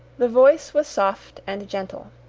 the voice was soft and gentle.